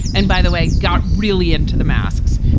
and by the way, i got really into the masks.